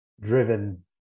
driven